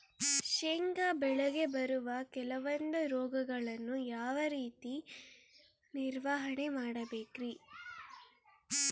ಶೇಂಗಾ ಬೆಳೆಗೆ ಬರುವ ಕೆಲವೊಂದು ರೋಗಗಳನ್ನು ಯಾವ ರೇತಿ ನಿರ್ವಹಣೆ ಮಾಡಬೇಕ್ರಿ?